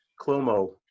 Clomo